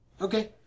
Okay